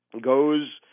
goes